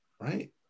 Right